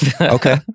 Okay